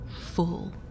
full